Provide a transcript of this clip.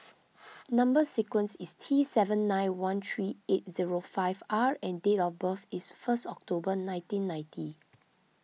Number Sequence is T seven nine one three eight zero five R and date of birth is first October nineteen ninety